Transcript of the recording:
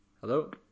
Hello